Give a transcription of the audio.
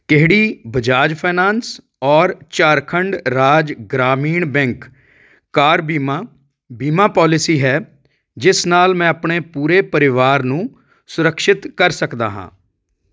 ਕਿਹੜੀ ਬਜਾਜ ਫਾਈਨੈਂਸ ਔਰ Jharkhand Raj Gramin bank car ਬੀਮਾ ਬੀਮਾ ਪਾਲਿਸੀ ਹੈ ਜਿਸ ਨਾਲ ਮੈਂ ਆਪਣੇ ਪੂਰੇ ਪਰਿਵਾਰ ਨੂੰ ਸੁਰਿਕਸ਼ਿਤ ਕਰ ਸਕਦਾ ਹਾਂ